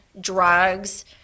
drugs